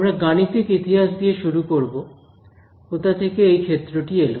আমরা গাণিতিক ইতিহাস দিয়ে শুরু করবো কোথা থেকে এই ক্ষেত্রটি এলো